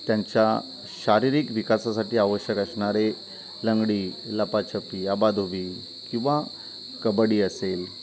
त्यांच्या शारीरिक विकासासाठी आवश्यक असणारे लंगडी लपाछपी आबाधुबी किंवा कबड्डी असेल